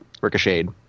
ricocheted